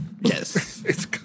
Yes